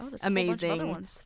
amazing